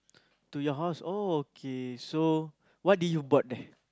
to your house oh okay so what did you bought there